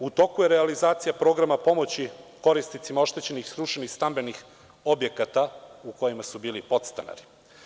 U toku je realizacija programa pomoći korisnicima oštećenih, srušenih stambenih objekata u kojima su bili podstanari.